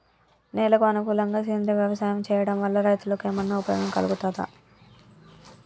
నేలకు అనుకూలంగా సేంద్రీయ వ్యవసాయం చేయడం వల్ల రైతులకు ఏమన్నా ఉపయోగం కలుగుతదా?